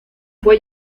fue